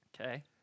Okay